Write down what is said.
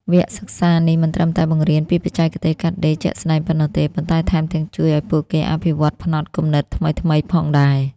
វគ្គសិក្សានេះមិនត្រឹមតែបង្រៀនពីបច្ចេកទេសកាត់ដេរជាក់ស្តែងប៉ុណ្ណោះទេ ប៉ុន្តែថែមទាំងជួយឱ្យពួកគេអភិវឌ្ឍផ្នត់គំនិតថ្មីៗផងដែរ។